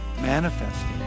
manifesting